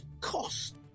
cost